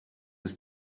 was